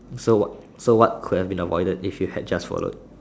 so what so what could have been avoided if you had just followed